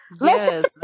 Yes